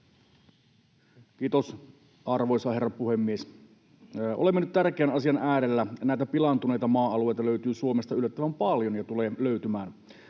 Kiitos, arvoisa herra puhemies! Olemme nyt tärkeän asian äärellä. Näitä pilaantuneita maa-alueita löytyy Suomesta yllättävän paljon ja tulee löytymään.